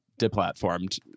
deplatformed